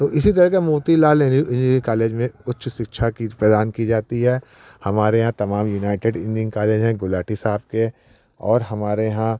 तो इसी तरह के मोतीलाल नेहरू इंजीनियरिंग कालेज में उच्च शिक्षा की प्रदान की जाती है हमारे यहाँ तमाम यूनाइटेड इंजीनियरिंग कालेज हैं गुलाटी साहब के और हमारे यहाँ